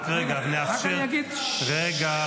רק רגע, נאפשר ------ לא נשאל.